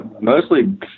mostly